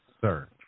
sir